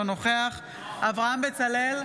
אינו נוכח אברהם בצלאל,